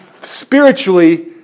spiritually